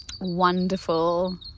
wonderful